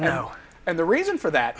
no and the reason for that